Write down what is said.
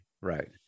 Right